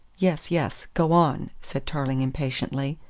yes, yes, go on, said tarling impatiently.